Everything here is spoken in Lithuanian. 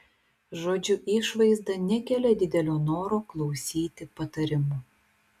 žodžiu išvaizda nekelia didelio noro klausyti patarimų